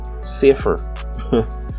safer